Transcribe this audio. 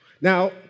Now